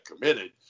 committed